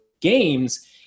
games –